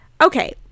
Okay